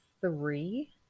three